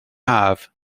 haf